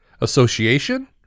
association